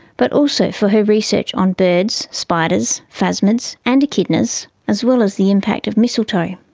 but also for her research on birds, spiders, phasmids and echidnas as well as the impact of mistletoe.